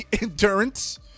Endurance